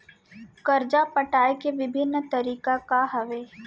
करजा पटाए के विभिन्न तरीका का हवे?